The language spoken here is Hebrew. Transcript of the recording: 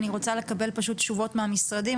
אני רוצה לקבל תשובות מהמשרדים,